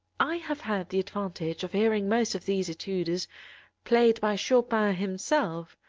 i have had the advantage of hearing most of these etudes played by chopin himself,